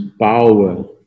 power